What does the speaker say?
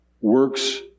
works